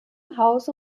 hause